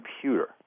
computer